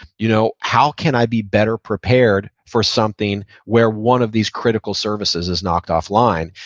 you know how can i be better prepared for something where one of these critical services is knocked offline?